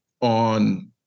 on